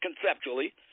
conceptually